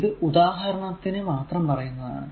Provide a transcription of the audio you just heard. ഇത് ഉദാഹരണത്തിന് മാത്രം പറയുന്നതാണ്